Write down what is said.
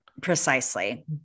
Precisely